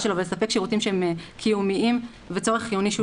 שלו ולספק שירותים שהם קיומיים וצורך חיוני של